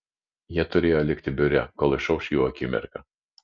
jie turėjo likti biure kol išauš jų akimirka